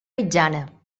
mitjana